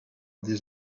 this